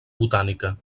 botànica